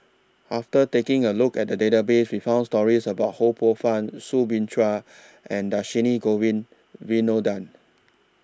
after taking A Look At The Database We found stories about Ho Poh Fun Soo Bin Chua and Dhershini Govin Winodan